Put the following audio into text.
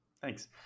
Thanks